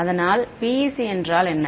அதனால் PEC என்றால் என்ன